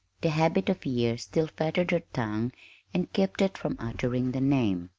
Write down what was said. the habit of years still fettered her tongue and kept it from uttering the name.